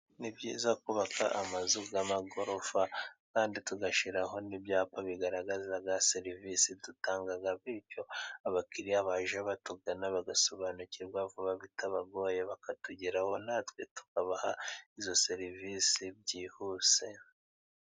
Ni byiza kubaka amazu y'amagorofa kandi tugashyiraho n'ibyapa bigaragaza serivisi dutanga. Bityo abakiriya baje batugana bagasobanukirwa vuba bitabagoye, bakatugeraho na twe tukabaha izo serivisi byihuse.